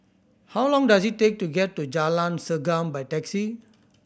how long does it take to get to Jalan Segam by taxi